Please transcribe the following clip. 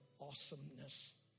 awesomeness